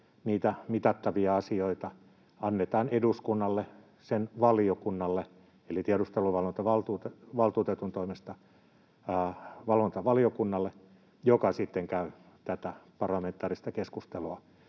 niitä mitattavia asioita annetaan eduskunnalle eli tiedusteluvalvontavaltuutetun toimesta valvontavaliokunnalle, joka sitten käy tätä parlamentaarista keskustelua,